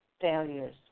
failures